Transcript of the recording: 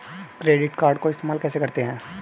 Credit card को इस्तेमाल कैसे करते हैं?